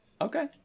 Okay